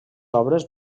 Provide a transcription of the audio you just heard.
obres